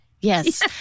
Yes